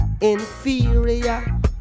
inferior